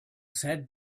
said